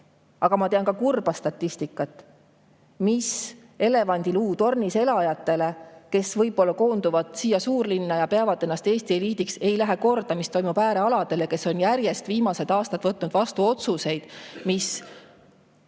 aga ma tean ka kurba statistikat. Elevandiluutornis elajatele, kes võib-olla koonduvad siia suurlinna ja peavad ennast Eesti eliidiks, ei lähe korda, mis toimub äärealadel, ja nad on viimastel aastatel järjest võtnud vastu otsuseid, mis